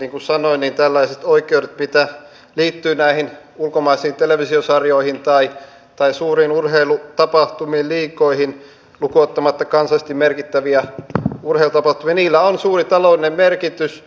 niin kuin sanoin tällaisilla oikeuksilla mitä liittyy näihin ulkomaisiin televisiosarjoihin tai suuriin urheilutapahtumiin liigoihin lukuun ottamatta kansallisesti merkittäviä urheilutapahtumia on suuri taloudellinen merkitys